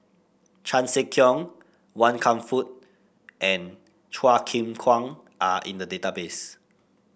Chan Sek Keong Wan Kam Fook and Chua Chim Kang are in the database